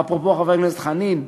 אגב, חבר הכנסת דב חנין,